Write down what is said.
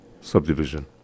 subdivision